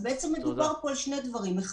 בעצם מדובר פה על שני דברים.